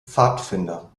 pfadfinder